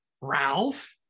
ralph